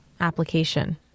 application